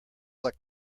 like